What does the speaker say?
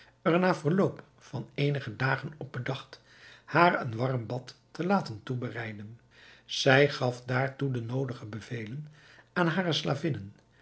na verloop van eenige dagen op bedacht haar een warm bad te laten toebereiden zij gaf daartoe de noodige bevelen aan hare slavinnen